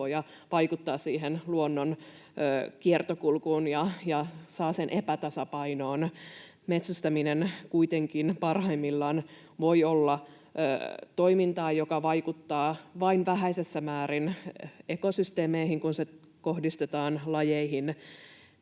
vaikuttaa siihen luonnon kiertokulkuun ja saa sen epätasapainoon. Metsästäminen kuitenkin parhaimmillaan voi olla toimintaa, joka vaikuttaa vain vähäisessä määrin ekosysteemeihin, kun se kohdistetaan lajeihin,